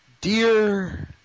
Dear